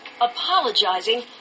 apologizing